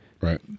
Right